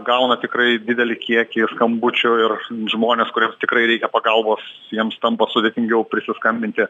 gauna tikrai didelį kiekį skambučių ir žmonės kuriems tikrai reikia pagalbos jiems tampa sudėtingiau prisiskambinti